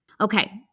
Okay